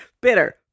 Bitter